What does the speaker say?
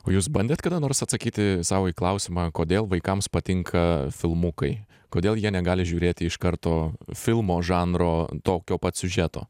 o jūs bandėt kada nors atsakyti sau į klausimą kodėl vaikams patinka filmukai kodėl jie negali žiūrėti iš karto filmo žanro tokio pat siužeto